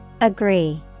Agree